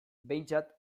behintzat